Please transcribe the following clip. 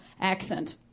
accent